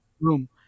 room